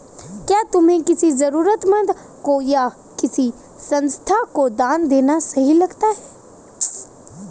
क्या तुम्हें किसी जरूरतमंद को या किसी संस्था को दान देना सही लगता है?